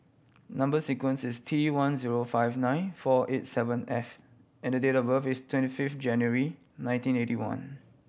number sequence is T one zero five nine four eight seven F and date of birth is twenty fifth January nineteen eighty one